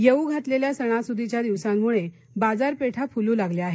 येऊ घातलेल्या सणासुदीच्या दिवसांमुळे बाजारपेठा फुलू लागल्या आहेत